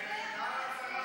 נתקבלה.